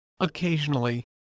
Occasionally